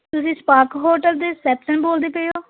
ਤੁਸੀਂ Spark hotel ਦੇ reception ਬੋਲਦੇ ਪਏ ਹੋ